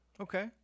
Okay